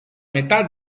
metà